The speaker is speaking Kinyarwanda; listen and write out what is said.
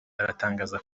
baratangaza